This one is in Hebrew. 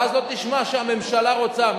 ואז, לא תשמע שהממשלה רוצה.